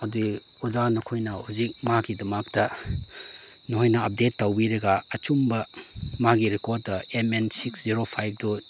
ꯑꯗꯨꯒꯤ ꯑꯣꯖꯥ ꯅꯈꯣꯏꯅ ꯍꯧꯖꯤꯛ ꯃꯥꯒꯤꯗꯃꯛꯇ ꯅꯣꯏꯅ ꯑꯞꯗꯦꯠ ꯇꯧꯕꯤꯔꯒ ꯑꯆꯨꯝꯕ ꯃꯥꯒꯤ ꯔꯦꯀꯣꯔꯠꯇ ꯑꯦꯝ ꯑꯦꯟ ꯁꯤꯛꯁ ꯖꯦꯔꯣ ꯐꯥꯏꯚꯇꯣ